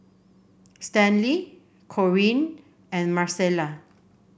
Stanley Corinne and Marcela